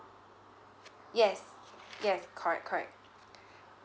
yes yes correct correct